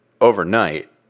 overnight